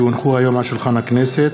כי הונחו היום על שולחן הכנסת,